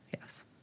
Yes